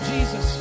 Jesus